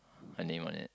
her name on it